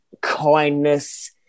kindness